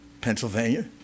Pennsylvania